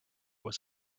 was